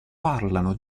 parlano